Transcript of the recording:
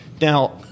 Now